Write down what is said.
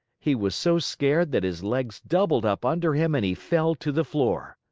he was so scared that his legs doubled up under him and he fell to the floor.